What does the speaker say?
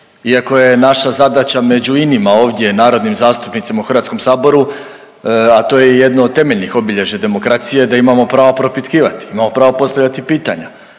iako je naša zadaća među inima ovdje narodnim zastupnicima u HS-u, a to je jedno od temeljnih obilježja demokracije da imamo pravo propitkivati, imamo pravo postavljati pitanja.